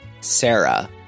Sarah